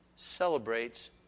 celebrates